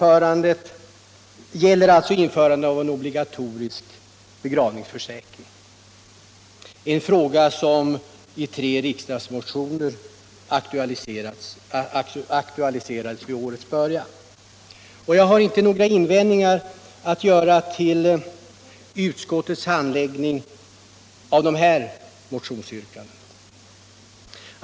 Ärendet gäller införande av en obligatorisk begravningsförsäkring, en fråga som vid årets början aktualiserades i tre riksdagsmotioner. Jag har inte några invändningar att göra mot utskottets handläggning av dessa motionsyrkanden.